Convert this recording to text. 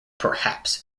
perhaps